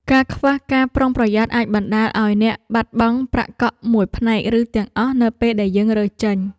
ការខ្វះការប្រុងប្រយ័ត្នអាចបណ្ដាលឱ្យអ្នកបាត់បង់ប្រាក់កក់មួយផ្នែកឬទាំងអស់នៅពេលដែលយើងរើចេញ។